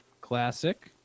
classic